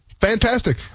fantastic